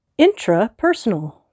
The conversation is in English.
intrapersonal